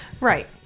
right